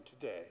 today